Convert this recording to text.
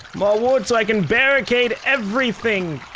more wood so i can barricade everything.